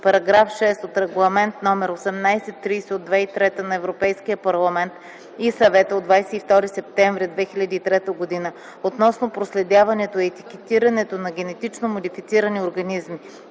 чл. 4, § 6 от Регламент (ЕО) № 1830/2003 на Европейския парламент и Съвета от 22 септември 2003 г. относно проследяването и етикетирането на генетично модифицирани организми